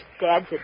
Dad's